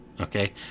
okay